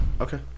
okay